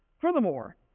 furthermore